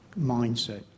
mindset